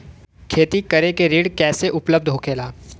खेती करे के ऋण कैसे उपलब्ध होखेला?